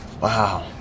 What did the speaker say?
wow